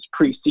preseason